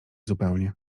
zupełnie